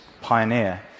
pioneer